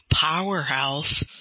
powerhouse